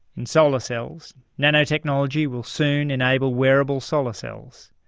in solar cells, nanotechnology will soon enable wearable solar cells,